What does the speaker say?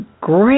great